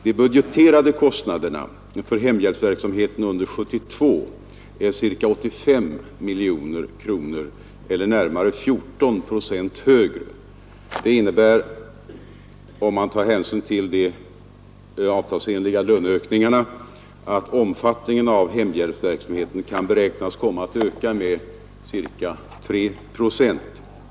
De budgeterade kostnaderna för hemhjälpsverksamheten under 1972 är ca 85 miljoner kronor eller närmare 14 procent högre. Det innebär, om man tar hänsyn till de avtalsenliga löneökningarna, att omfattningen av hemhjälpsverksamheten kan beräknas komma att öka med ca 3 procent.